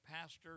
pastor